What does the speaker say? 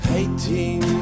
Hating